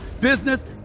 business